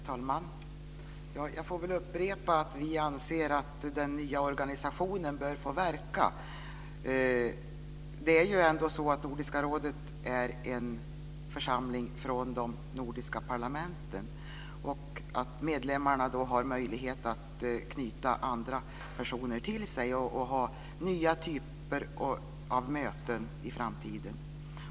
Herr talman! Jag får väl upprepa att vi anser att den nya organisationen bör få verka. Det är ändå så att Nordiska rådet är en församling av medlemmar från de nordiska parlamenten och att de har möjlighet att knyta andra personer till sig och att ha nya typer av möten i framtiden.